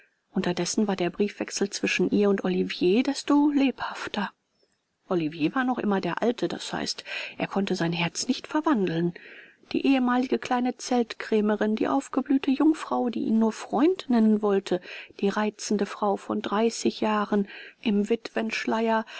unterdessen war der briefwechsel zwischen ihr und olivier desto lebhafter olivier war noch immer der alte das heißt er konnte sein herz nicht verwandeln die ehemalige kleine zeltkrämerin die aufgeblühte jungfrau die ihn nur freund nennen wollte die reizende frau von dreißig jahren im